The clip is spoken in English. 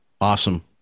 Awesome